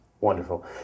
Wonderful